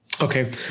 Okay